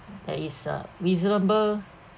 there is a reasonable